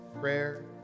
Prayer